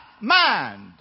mind